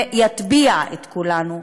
ויטביע את כולנו,